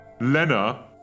Lena